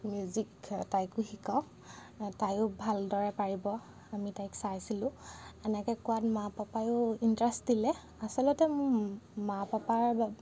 music তাইকো শিকাওক তায়ো ভালদৰে পাৰিব আমি তাইক চাইছিলোঁ এনেকৈ কোৱাত মা পাপায়ো ইণ্টাৰেষ্ট দিলে আচলতে মোৰ মা পাপাৰ বা